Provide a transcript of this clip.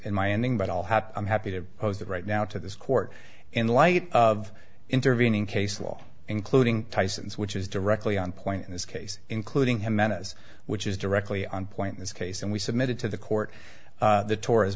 in my ending but i'll have i'm happy to pose that right now to this court in light of intervening case law including tyson's which is directly on point in this case including jimenez which is directly on point this case and we submitted to the court the to